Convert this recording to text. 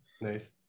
Nice